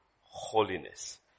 holiness